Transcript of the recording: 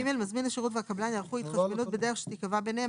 (ג) מזמין השירות והקבלן יערכו התחשבנות בדרך שתיקבע ביניהם,